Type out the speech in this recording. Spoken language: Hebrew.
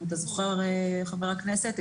אם אתה זוכר חבר הכנסת טל,